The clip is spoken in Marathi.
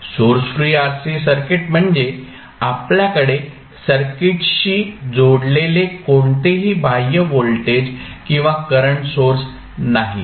सोर्स फ्री RC सर्किट म्हणजे आपल्याकडे सर्किटशी जोडलेले कोणतेही बाह्य व्होल्टेज किंवा करंट सोर्स नाहीत